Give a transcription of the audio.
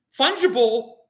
Fungible